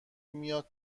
میاد